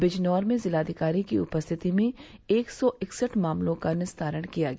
बिजनौर में जिलाधिकारी की उपस्थिति में एक सौ इकसठ मामलों का निस्तारण किया गया